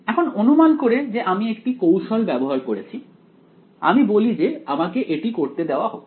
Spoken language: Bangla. এখন অনুমান করে যে আমি একটি কৌশল ব্যবহার করেছি আমি বলি যে আমাকে এটি করতে দেওয়া হোক